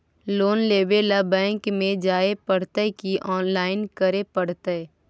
Loan लेवे ल bank में जाय पड़तै कि औनलाइन करे पड़तै?